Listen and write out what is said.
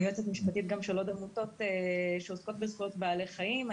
אני יועצת משפטית גם של עוד עמותות שעוסקות בזכויות בעלי חיים.